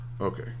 Okay